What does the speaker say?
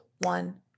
one